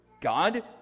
God